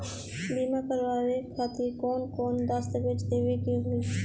बीमा करवाए खातिर कौन कौन दस्तावेज़ देवे के होई?